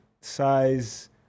size